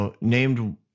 named